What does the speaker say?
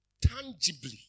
tangibly